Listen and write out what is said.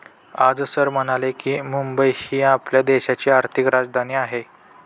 आज सर म्हणाले की, मुंबई ही आपल्या देशाची आर्थिक राजधानी आहे